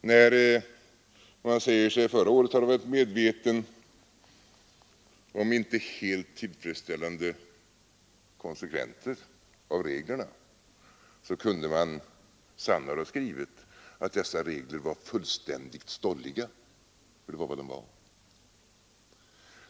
När man säger sig förra året ha varit medveten om inte helt tillfredsställande konsekvenser av reglerna kunde man sannare ha skrivit att dessa regler var fullständigt stolliga — för det var vad de var!